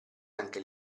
anche